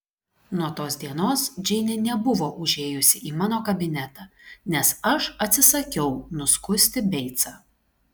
nuo tos dienos džeinė nebuvo užėjusi į mano kabinetą nes aš atsisakiau nuskusti beicą